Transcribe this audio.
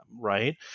right